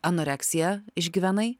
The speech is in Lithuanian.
anoreksiją išgyvenai